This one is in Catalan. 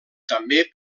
també